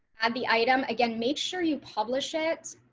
i'd the item. again, make sure you publish it.